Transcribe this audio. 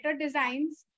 designs